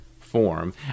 form